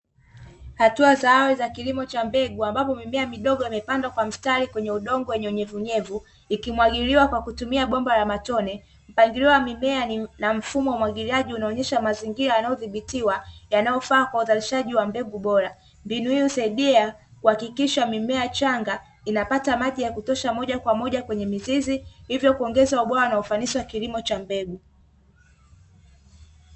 Hatua zao za kilimo cha mbegu ambapo mimea midogo imepandwa kwa mstari kwenye udongo wa unyonyevunyevu ikimwagiliwa kwa kutumia bomba ya matone, mpangilio wa mimea na mfumo wa umwagiliaji unaonyesha mazingira yanayodhibitiwa yanayofaa kwa uzalishaji wa mbegu bora, mbinu hiyo saidia kuhakikisha mimea changa inapata maji ya kutosha moja kwa moja kwenye mizizi hivyo kuongezwa bwana ufanisi wa kilimo cha mbegu.